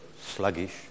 sluggish